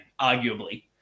arguably